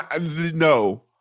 No